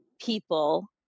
people